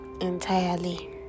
entirely